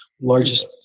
largest